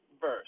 verse